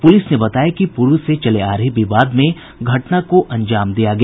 police ने बताया कि पूर्व से चले आ रहे विवाद में घटना को अंजाम दिया गया